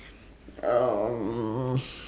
um